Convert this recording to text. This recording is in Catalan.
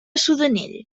sudanell